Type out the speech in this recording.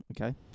okay